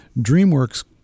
DreamWorks